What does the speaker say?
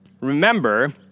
Remember